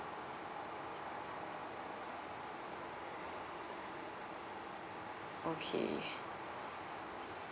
okay